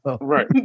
Right